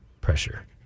Pressure